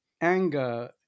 anger